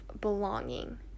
belonging